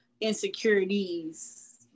insecurities